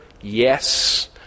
yes